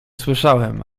słyszałem